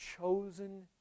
chosen